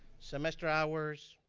semester hours,